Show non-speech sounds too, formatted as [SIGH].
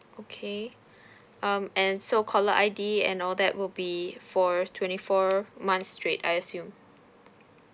okay [BREATH] um and so caller I_D and all that would be for twenty four months straight I assume